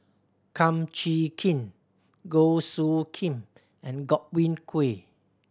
Kum Chee Kin Goh Soo Khim and Godwin Koay